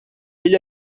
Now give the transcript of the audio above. ele